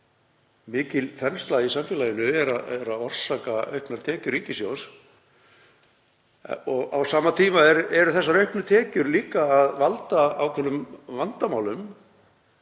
mikil þensla í samfélaginu er að orsaka auknar tekjur ríkissjóðs og á sama tíma eru þessar auknu tekjur líka að valda ákveðnum vandamálum.